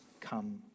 come